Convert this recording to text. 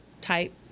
type